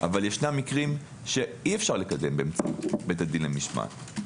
אבל יש מקרים שאי אפשר לקיים חקירות משמעת.